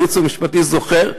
הייעוץ המשפטי זוכר.